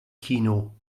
kino